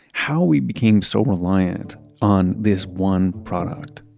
how we became so reliant on this one product?